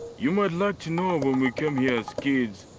you might like to know when we came here as kids,